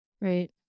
right